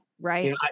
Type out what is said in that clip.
Right